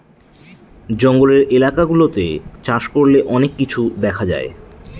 জঙ্গলের এলাকা গুলাতে চাষ করলে অনেক কিছু দেখা যায়